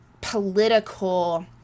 political